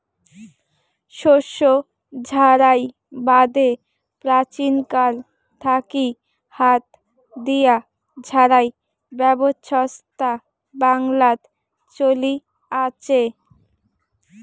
শস্য ঝাড়াই বাদে প্রাচীনকাল থাকি হাত দিয়া ঝাড়াই ব্যবছস্থা বাংলাত চলি আচে